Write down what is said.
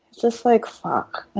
just like, fuck,